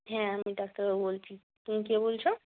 হ্যাঁ আমি ডাক্তারবাবু বলছি তুমি কে বলছ